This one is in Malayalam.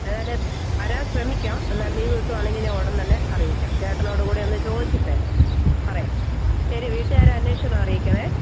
ആ ഞാന് വരാൻ ശ്രമിക്കാം എന്നാൽ ലീവ് കിട്ടുകയാണെങ്കില് ഞാൻ ഉടന്തന്നെ അറിയിക്കാം ചേട്ടനോടുകൂടെ ഒന്നു ചോദിച്ചിട്ടു പറയാം ശരി വീട്ടുകാരെ അന്വേഷണം അറിയിക്കണേ